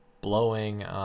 blowing